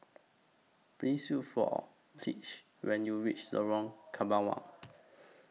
Please Look For Pleas when YOU REACH Lorong Kembangan